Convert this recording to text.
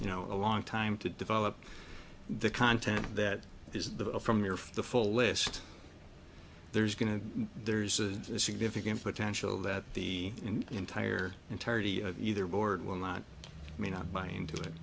you know a long time to develop the content that is the from your for the full list there's going to there's a significant potential that the entire entirety of either board will not may not buy into it